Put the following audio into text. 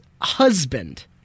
husband